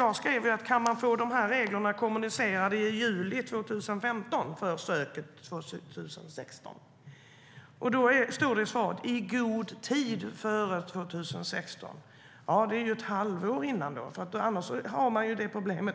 Jag undrade i min interpellation om man kan få reglerna för år 2016 kommunicerade i juli 2015. I svaret står det "i god tid före 2016". "I god tid" borde betyda ett halvår i förväg. Annars har man ju om igen problemet